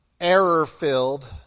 error-filled